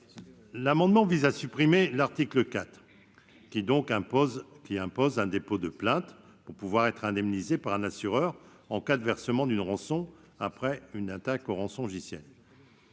souhaitent supprimer l'article 4, qui impose un dépôt de plainte pour être indemnisé par un assureur en cas de versement d'une rançon après une attaque au rançongiciel.